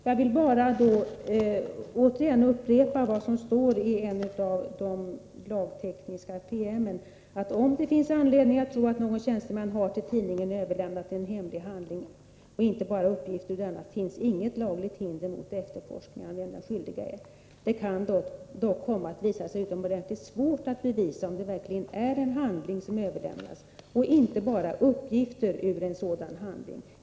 Jag vill bara åter upprepa vad som står i en av de lagtekniska promemoriorna: ”Om det finns anledning tro att någon tjänsteman har till tidningen överlämnat en hemlig handling , finns inget lagligt hinder mot efterforskningar av vem den skyldige är. Det kan dock komma att visa sig utomordentligt svårt att bevisa att det verkligen är en handling som överlämnats och inte bara uppgifter ur en sådan handling.